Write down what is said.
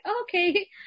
Okay